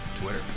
Twitter